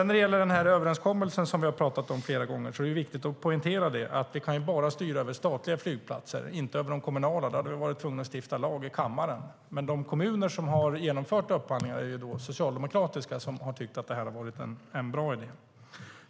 När det gäller överenskommelsen som vi har pratat om flera gånger är det viktigt att poängtera att vi bara kan styra över statliga flygplatser, inte över de kommunala. Då hade vi varit tvungna att stifta lag i kammaren. Men de kommuner som har genomfört upphandlingar är socialdemokratiska kommuner som har tyckt att det här har varit en bra idé.